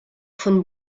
von